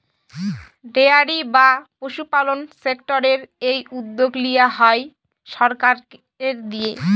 dairy বা পশুপালল সেক্টরের এই উদ্যগ লিয়া হ্যয় সরকারের দিঁয়ে